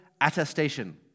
attestation